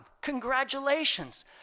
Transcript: Congratulations